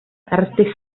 rty